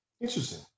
interesting